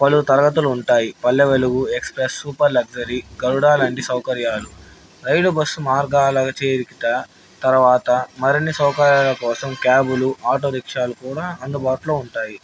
పలు తరగతులు ఉంటాయి పల్లెవెలుగు ఎక్స్ప్రెస్ సూపర్ లగ్జరీ గరుడాలంటి సౌకర్యాలు రైలు బస్సు మార్గాలు చేరికత తర్వాత మరన్ని సౌకర్యాల కోసం క్యాబులు ఆటో రిక్షాలు కూడా అందుబాటులో ఉంటాయి